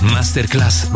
Masterclass